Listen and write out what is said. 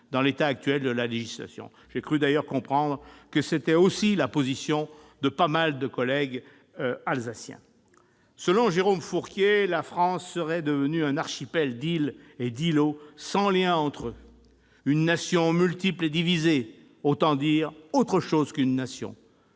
dans l'état actuel de la législation. J'ai cru d'ailleurs comprendre que telle était aussi la position de bon nombre de collègues alsaciens. Selon Jérôme Fourquet, la France serait devenue un archipel d'îles et d'îlots sans liens entre eux, une nation multiple et divisée, autant dire autre chose qu'une nation.